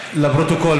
לפרוטוקול,